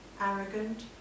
arrogant